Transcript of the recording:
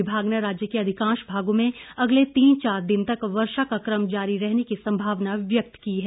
विभाग ने राज्य के अधिकांश भागों में अगले तीन चार दिन तक वर्षा का क्रम जारी रहने की संभावना व्यक्त की है